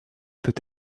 peut